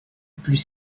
plus